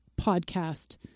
podcast